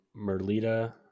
Merlita